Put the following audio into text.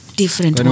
different